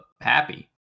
happy